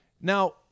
now